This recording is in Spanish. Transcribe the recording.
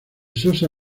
sosa